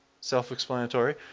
self-explanatory